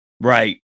right